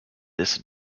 this